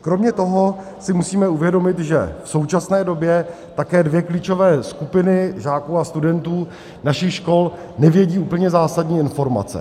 Kromě toho si musíme uvědomit, že v současné době také dvě klíčové skupiny žáků a studentů našich škol nevědí úplně zásadní informace.